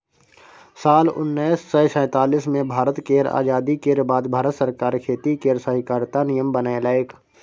साल उन्नैस सय सैतालीस मे भारत केर आजादी केर बाद भारत सरकार खेती केर सहकारिता नियम बनेलकै